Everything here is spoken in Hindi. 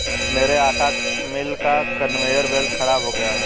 मेरे आटा मिल का कन्वेयर बेल्ट खराब हो गया है